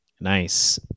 Nice